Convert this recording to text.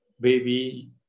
baby